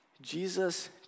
Jesus